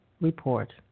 Report